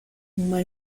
uma